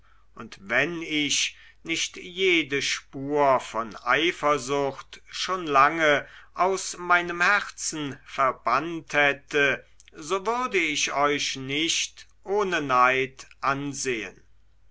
und wenn ich nicht jede spur von eifersucht schon lange aus meinem herzen verbannt hätte so würde ich euch nicht ohne neid ansehen